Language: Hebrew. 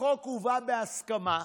החוק הובא בהסכמה,